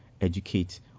educate